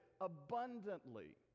abundantly